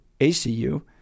ACU